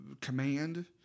command